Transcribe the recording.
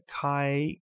Kai